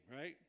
right